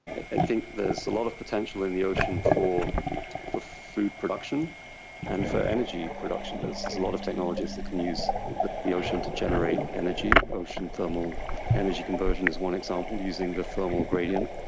i think there's a lot of potential in the ocean for for food production and for energy production, there's a lot of technologies that can use the the ocean to generate energy, ocean thermal energy conversion is one example, using the thermal gradient.